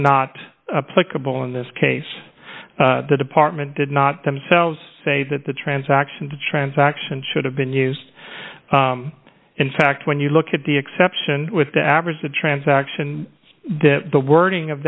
ball in this case the department did not themselves say that the transaction the transaction should have been used in fact when you look at the exception with the average the transaction the wording of